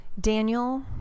Daniel